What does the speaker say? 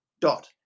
dot